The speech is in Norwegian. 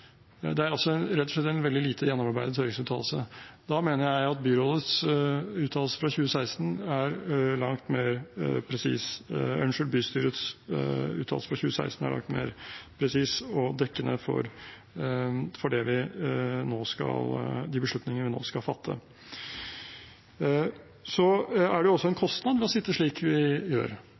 Det er rett og slett en lite gjennomarbeidet høringsuttalelse. Da mener jeg at bystyrets uttalelse fra 2016 er langt mer presis og dekkende for de beslutningene vi nå skal fatte. Det er også en kostnad ved å sitte slik vi gjør. Det skal vi ikke se bort fra. Så langt har det